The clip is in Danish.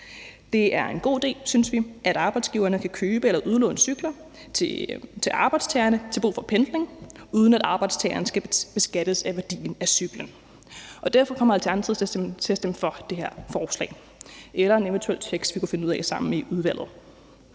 Det er en god idé, synes vi, at arbejdsgiverne kan købe eller udlåne cykler til arbejdstagere til brug for pendling, uden at arbejdstageren skal beskattes af værdien af cyklen. Og derfor kommer Alternativet til at stemme for det her forslag eller en eventuel tekst, vi kunne finde ud af at skrive sammen i udvalget.